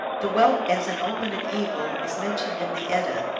the whelp, as an omen of evil, is mentioned in the edda.